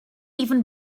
even